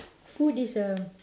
food is a